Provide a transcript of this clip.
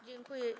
Dziękuję.